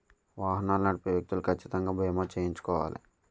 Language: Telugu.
వాహనాలు నడిపే వ్యక్తులు కచ్చితంగా బీమా చేయించుకోవాలి